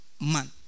man